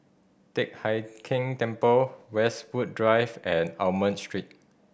Teck Hai Keng Temple Westwood Drive and Almond Street